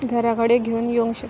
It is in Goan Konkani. घरा कडेन घेवन येवंक शकता